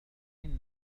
هنري